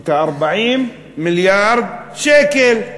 את ה-40 מיליארד שקל.